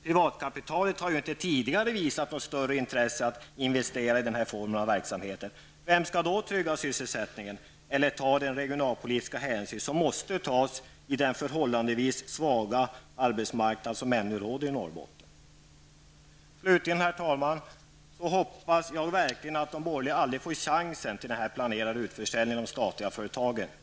Privatkapitalet har ju inte tidigare visat något intresse av att investera i denna form av verksamhet. Vem skall då trygga sysselsättningen och ta de regionalpolitiska hänsyn som måste tas på den förhållandevis svaga arbetsmarknad som ännu finns i Norrbotten? Slutligen, herr talman, hoppas jag verkligen att de borgerliga aldrig får chansen att genomföra den planerade utförsäljningen av statliga företag.